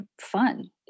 fun